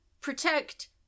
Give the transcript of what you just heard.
protect